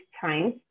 time